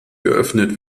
geöffnet